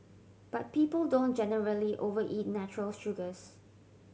but people don't generally overeat natural sugars